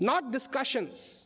not discussions